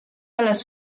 alas